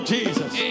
Jesus